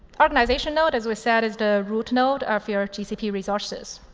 organization node, as we said, is the root node of your gcp resources.